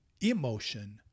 emotion